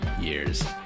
years